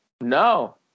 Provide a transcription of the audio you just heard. No